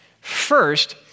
First